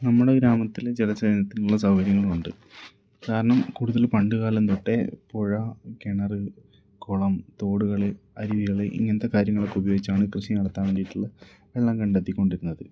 നമ്മുടെ ഗ്രാമത്തിൽ ജലസേചനത്തിനുള്ള സൗകര്യങ്ങളുണ്ട് കാരണം കൂടുതൽ പണ്ടുകാലം തൊട്ടേ പുഴ കിണർ കുളം തോടുകൾ അരുവികൾ ഇങ്ങനത്തെ കാര്യങ്ങളൊക്കെ ഉപയോഗിച്ചാണ് കൃഷി നടത്താൻ വേണ്ടിയിട്ടുള്ള വെള്ളം കണ്ടെത്തിക്കൊണ്ടിരുന്നത്